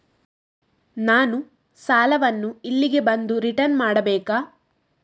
ನಾನು ಸಾಲವನ್ನು ಇಲ್ಲಿಗೆ ಬಂದು ರಿಟರ್ನ್ ಮಾಡ್ಬೇಕಾ?